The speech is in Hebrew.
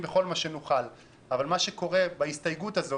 מה שקורה בהסתייגות הזאת,